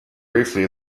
briefly